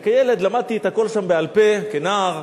וכילד, למדתי את הכול שם בעל-פה, כנער.